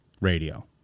radio